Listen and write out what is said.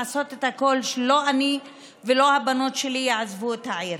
לעשות את הכול כדי שלא אני ולא הבנות שלי נעזוב את העיר.